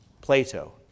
Plato